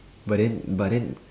but then but then